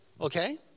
okay